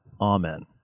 Amen